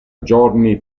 giorni